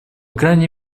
крайней